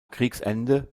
kriegsende